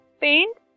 paint